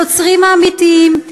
הנוצרים האמיתיים,